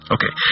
Okay